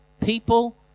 people